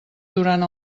durant